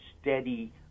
steady